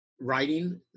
writing